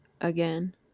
again